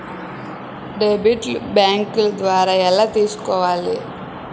Debit bank ద్వారా ఎలా తీసుకోవాలి?